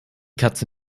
katze